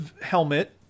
helmet